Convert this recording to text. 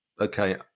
okay